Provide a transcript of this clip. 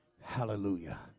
Hallelujah